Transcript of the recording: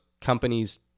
companies